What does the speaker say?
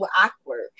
awkward